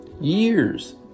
Years